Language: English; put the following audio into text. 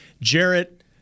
Jarrett